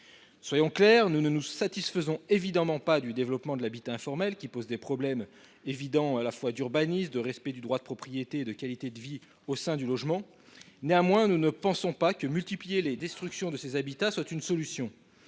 Soyons clairs : nous ne nous satisfaisons évidemment pas du développement de l’habitat informel, qui pose des problèmes évidents d’urbanisme, de respect du droit de propriété et de qualité de vie au sein des logements. Néanmoins, nous ne pensons pas que la solution à ce problème consiste